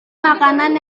makanan